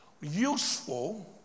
useful